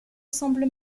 semble